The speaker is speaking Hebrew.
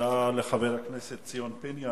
תודה לחבר הכנסת ציון פיניאן.